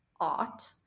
art